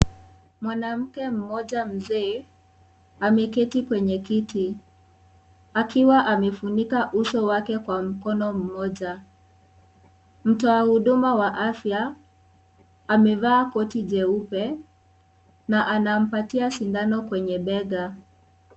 Mwanamke mmoja mzee ameketi kwenye kiti akiwa amefunika uso wake kwa mkono mmoja. Mtoa huduma wa afya amevaa koti jeupe na anampatia sindano kwenye bega.